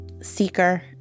seeker